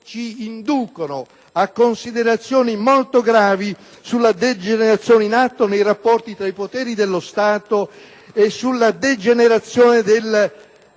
ci inducono a considerazioni molto gravi sulla degenerazione in atto nei rapporti tra i poteri dello Stato e nell'equilibrio tra